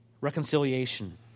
Reconciliation